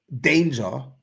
danger